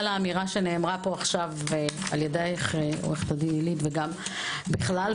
האמירה שנאמרה עכשיו על ידי עו"ד הלית וגם בכלל.